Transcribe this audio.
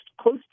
close